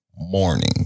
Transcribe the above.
morning